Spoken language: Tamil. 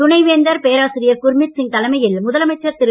துணைவேந்தர் பேராசிரியர் குர்மித் சிங் தலைமையில் முதலமைச்சர் திரு